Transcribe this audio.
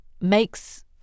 makes